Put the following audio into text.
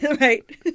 Right